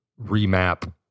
remap